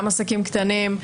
גם עסקים קטנים,